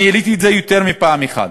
אני העליתי את זה יותר מפעם אחת.